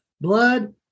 blood